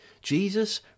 Jesus